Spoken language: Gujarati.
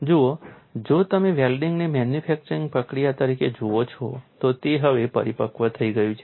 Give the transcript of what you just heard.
જુઓ જો તમે વેલ્ડિંગને મેન્યુફેક્ચરિંગ પ્રક્રિયા તરીકે જુઓ છો તો તે હવે પરિપક્વ થઈ ગયું છે